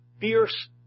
fierce